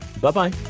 Bye-bye